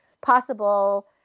possible